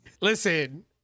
listen